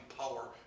power